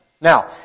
Now